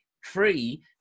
free